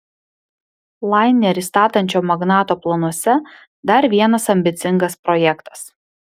lainerį statančio magnato planuose dar vienas ambicingas projektas